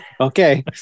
Okay